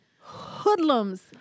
hoodlums